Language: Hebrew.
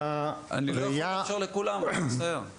אני חוזר, 6 טריליון דולר.